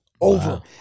over